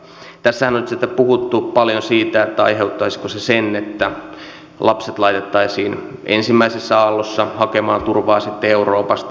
tässähän on nyt sitten puhuttu paljon siitä että aiheuttaisiko se sen että lapset laitettaisiin ensimmäisessä aallossa hakemaan turvaa sitten euroopasta